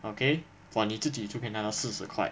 okay for 你自己就可以拿到四十块